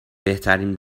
بهترین